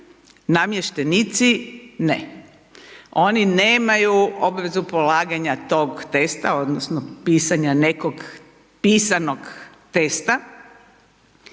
namještenici ne, oni nemaju obvezu polaganja tog testa odnosno pisanja nekog pisanog testa,